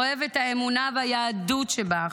אוהב את האמונה והיהדות שבך.